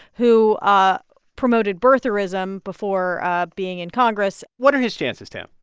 who ah promoted birtherism before being in congress what are his chances, tam?